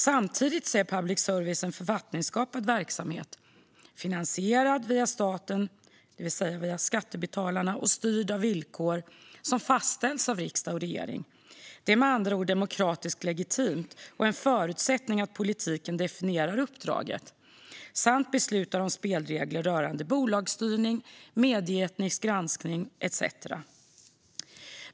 Samtidigt är public service en författningsskapad verksamhet, finansierad via staten, det vill säga via skattebetalarna, och styrd av villkor som fastställs av riksdag och regering. Det är med andra ord demokratiskt legitimt och en förutsättning att politiken definierar uppdraget samt beslutar om spelregler rörande bolagsstyrning, medieetisk granskning etcetera.